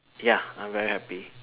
ya I'm very happy